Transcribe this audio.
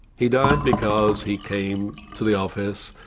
he died because he came to the office,